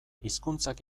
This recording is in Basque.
hizkuntzak